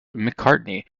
mccartney